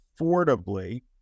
affordably